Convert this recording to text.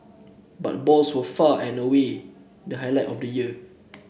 but balls were far and away the highlight of the year